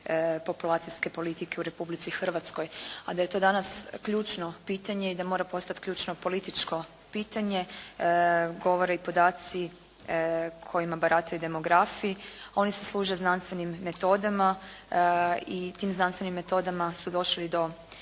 populacijske politike u Republici Hrvatskoj. A da je to danas ključno pitanje i da mora postati ključno političko pitanje govore i podaci kojima barataju i demografi a oni se služe znanstvenim metodama i tim znanstvenim metodama su došli do